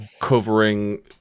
covering